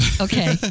okay